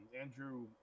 Andrew